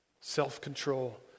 self-control